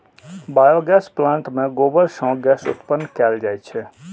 biogas plant मे गोबर सं गैस उत्पन्न कैल जाइ छै